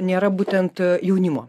nėra būtent jaunimo